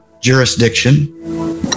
jurisdiction